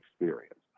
experience